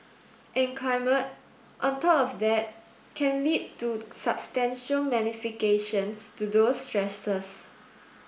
in climate on top of that can lead to substantial magnifications to those stresses